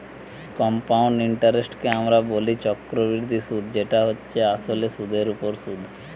compound ইন্টারেস্টকে আমরা বলি চক্রবৃদ্ধি সুধ যেটা হচ্ছে আসলে সুধের ওপর সুধ